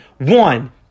One